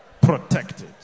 protected